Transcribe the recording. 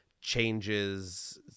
changes